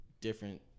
different